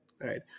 right